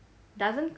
doesn't